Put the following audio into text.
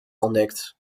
ontdekt